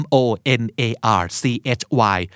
Monarchy